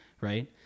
Right